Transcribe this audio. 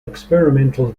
experimental